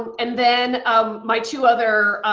and then, um my two other